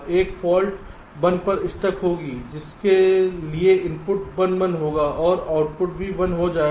एक फाल्ट 1 पर स्टक होगी जिसके लिए इनपुट 1 1 होगा और आउटपुट भी 1 हो जाएगा